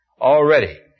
already